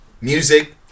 music